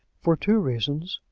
for two reasons,